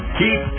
keep